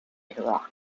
iraq